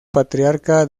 patriarca